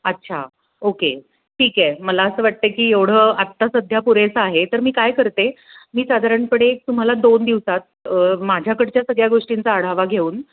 अच्छा ओके ठीक आहे मला असं वाटतं की एवढं आत्ता सध्या पुरेसं आहे तर मी काय करते मी साधारणपणे तुम्हाला दोन दिवसात माझ्याकडच्या सगळ्या गोष्टींचा अढावा घेऊन